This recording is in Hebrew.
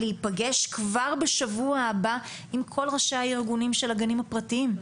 להיפגש כבר בשבוע הבא עם כל ראשי הארגונים של הגנים הפרטיים,